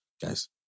Guys